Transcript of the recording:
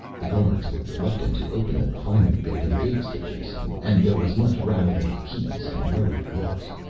the guards were reluctant to open the refinery building gates to jason, and there was much rattling of keys and worried looks.